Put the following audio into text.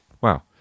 Wow